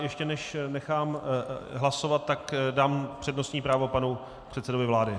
Ještě než nechám hlasovat, tak dám přednostní právo panu předsedovi vlády.